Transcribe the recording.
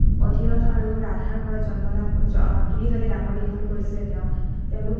অধিৰথ আৰু ৰাধাৰ ঘৰত জন্মলাভ তুলি তলি ডাঙৰ দীঘল কৰিছিলে তেওঁ তেওঁলোক